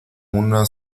una